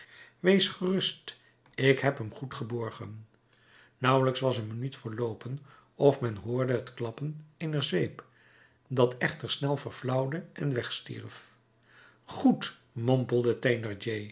wees gerust ik heb hem goed geborgen nauwelijks was een minuut verloopen of men hoorde het klappen eener zweep dat echter snel verflauwde en wegstierf goed